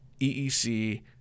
EEC